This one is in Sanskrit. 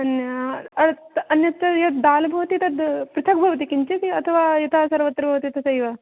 अन्य त् अन्यत् यत् दाल् भवति तद् पृथक् भवति किञ्चित् अथवा यथा सर्वत्र भवति तथैव